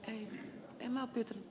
ei tee mapit